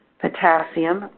potassium